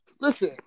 Listen